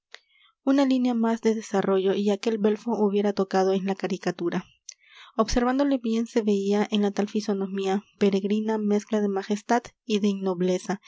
una línea más de desarrollo y aquel belfo hubiera tocado en la caricatura observándole bien se veía en la tal fisonomía peregrina mezcla de majestad y de innobleza